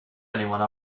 anybody